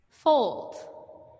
Fold